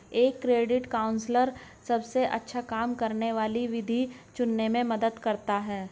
एक credit counsellor सबसे अच्छा काम करने वाली विधि चुनने में मदद करता है